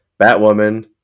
Batwoman